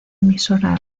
emisora